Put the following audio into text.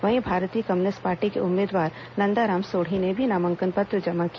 वहीं भारतीय communist party के उम्मीदवार नंदाराम सोढी ने भी नामांकन पत्र जमा किया